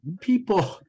people